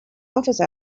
office